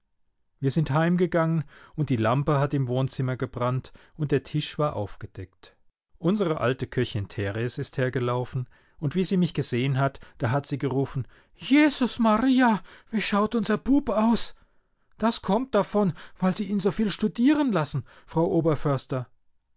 wir sind heimgegangen und die lampe hat im wohnzimmer gebrannt und der tisch war aufgedeckt unsere alte köchin theres ist hergelaufen und wie sie mich gesehen hat da hat sie gerufen jesus maria wie schaut unser bub aus das kommt davon weil sie ihn so viel studieren lassen frau oberförster